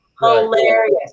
hilarious